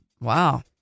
wow